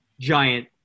giant